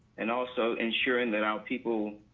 and also ensuring that um people